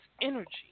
energy